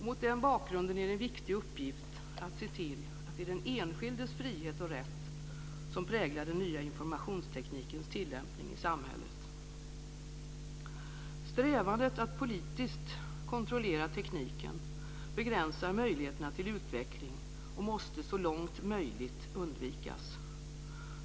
Mot den bakgrunden är det en viktig uppgift att se till att det är den enskildes frihet och rätt som präglar den nya informationsteknikens tillämpning i samhället. Strävandet att politiskt kontrollera tekniken begränsar möjligheterna till utveckling och måste så långt möjligt undvikas.